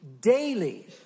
daily